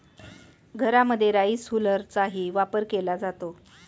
घरांमध्ये राईस हुलरचाही वापर केला जातो